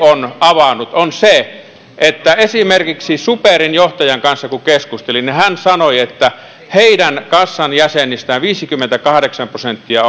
on avannut on se että kun esimerkiksi superin johtajan kanssa keskustelin hän sanoi että heidän kassan jäsenistä viisikymmentäkahdeksan prosenttia